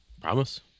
Promise